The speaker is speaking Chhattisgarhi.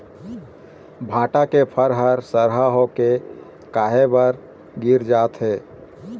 भांटा के फर हर सरहा होथे के काहे बर गिर कागजात हे?